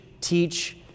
teach